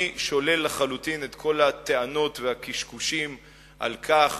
אני שולל לחלוטין את כל הטענות והקשקושים על כך